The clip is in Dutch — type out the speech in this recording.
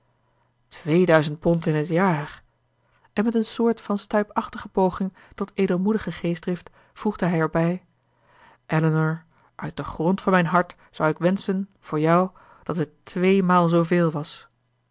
tweeduizend pond in het jaar en met een soort van stuipachtige poging tot edelmoedige geestdrift voegde hij erbij elinor uit den grond van mijn hart zou ik wenschen voor jou dat het tweemaal zooveel was